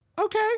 Okay